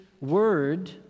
word